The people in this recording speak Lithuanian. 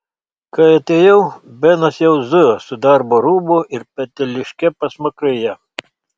kai atėjau benas jau zujo su darbo rūbu ir peteliške pasmakrėje